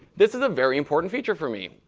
this is a very important feature for me.